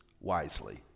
wisely